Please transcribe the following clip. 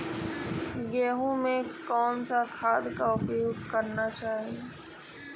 गेहूँ में कौन सा खाद का उपयोग करना चाहिए?